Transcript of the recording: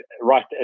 right